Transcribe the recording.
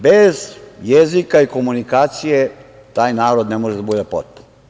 Bez jezika i komunikacije taj narod ne može da bude potpun.